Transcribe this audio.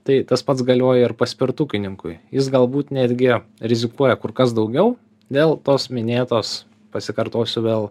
tai tas pats galioja ir paspirtukininkui jis galbūt netgi rizikuoja kur kas daugiau dėl tos minėtos pasikartosiu vėl